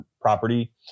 property